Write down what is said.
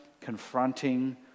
confronting